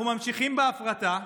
ואנחנו ממשיכים בהפרטה,